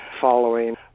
following